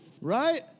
Right